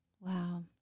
Wow